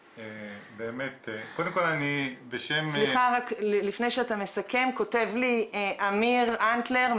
לפני שאתה מסכם כותב לי אמיר אנטלר,